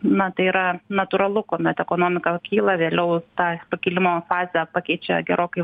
na tai yra natūralu kuomet ekonomika kyla vėliau tą pakilimo fazę pakeičia gerokai